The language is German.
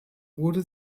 wurde